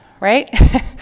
right